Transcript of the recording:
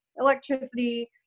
electricity